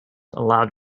allowed